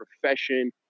profession